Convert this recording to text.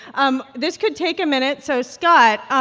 um this could take a minute. so, scott,